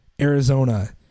Arizona